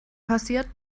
passiert